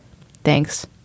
Thanks